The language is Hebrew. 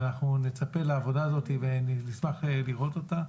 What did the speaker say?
אנחנו נצפה לעבודה הזאת ונשמח לראות אותה,